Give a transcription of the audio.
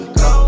go